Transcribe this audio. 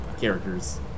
characters